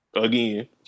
again